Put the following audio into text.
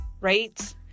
right